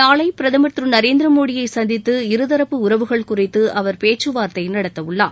நாளை பிரதமர் திரு நரேந்திரமோடியை சந்தித்து இருதரப்பு உறவுகள் குறித்து அவர் பேச்சுவார்த்தை நடத்தவுள்ளார்